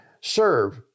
serve